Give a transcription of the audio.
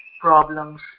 problems